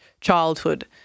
childhood